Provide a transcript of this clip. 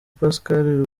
pascal